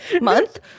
month